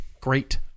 great